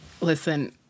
listen